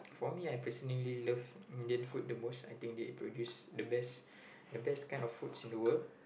for me I personally love Indian food the most I think they produce the best the best kind of foods in the world